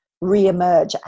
re-emerge